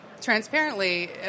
Transparently